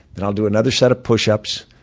then i'll do another set of pushups,